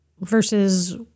versus